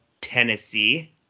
Tennessee